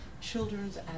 children's